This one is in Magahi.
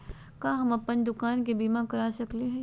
का हम अप्पन दुकान के बीमा करा सकली हई?